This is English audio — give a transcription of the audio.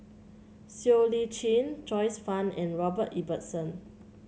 Siow Lee Chin Joyce Fan and Robert Ibbetson